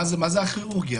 מה זה הכירורגי?